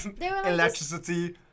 electricity